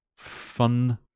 Fun